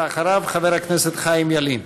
ואחריו, חבר הכנסת חיים ילין.